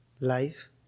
life